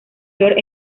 york